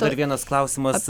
dar vienas klausimas